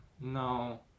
no